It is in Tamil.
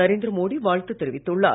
நரேந்திரமோடி வாழ்த்து தெரிவித்துள்ளார்